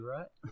Right